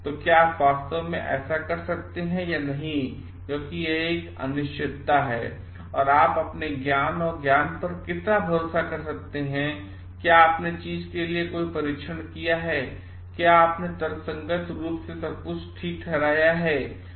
तो क्या आप वास्तव में ऐसा कर सकते हैं या नहीं क्योंकि यह एक अनिश्चितता है और आप अपने ज्ञान और ज्ञान पर कितना भरोसा कर सकते हैं क्या आपने हर चीज के लिए परीक्षण किया है क्या आपने तर्कसंगत रूप से सब कुछ के लिए उचित ठहराया है